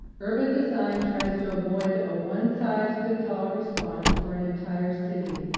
urban design tries to avoid a one size fits all response for an entire city.